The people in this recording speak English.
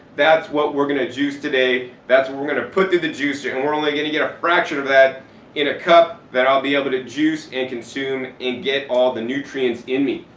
that's what we're going to juice today, that's what we're going to put through the juicer, and we're only going to get a fraction of that in a cup that i'll be able to juice and consume and get all the nutrients in me.